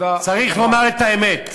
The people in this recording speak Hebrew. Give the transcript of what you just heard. צריך לומר את האמת.